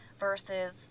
Versus